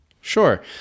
Sure